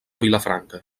vilafranca